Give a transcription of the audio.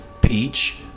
Peach